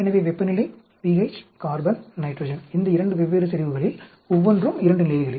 எனவே வெப்பநிலை pH carbon nitrogen இந்த 2 வெவ்வேறு செறிவுகளில் ஒவ்வொன்றும் 2 நிலைகளில்